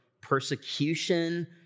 persecution